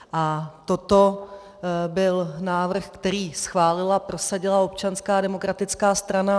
A toto byl návrh, který schválila a prosadila Občanská demokratická strana.